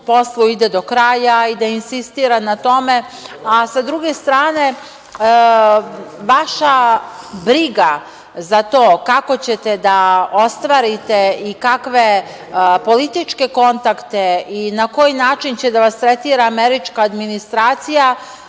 poslu ide do kraja i da insistira na tome, a sa druge strane vaša briga za to kako ćete da ostvarite i kakve političke kontakte i na koji način će da vas tretira američka administracija